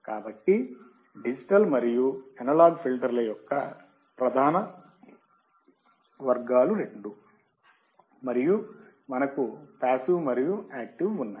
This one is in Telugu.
కాబట్టి డిజిటల్ మరియు అనలాగ్ ఫిల్టర్ల యొక్క ప్రధాన రెండు వర్గాలు మరియు మనకు పాసివ్ మరియు యాక్టివ్ ఉన్నాయి